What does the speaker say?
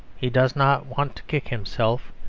he does not want to kick himself.